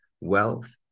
wealth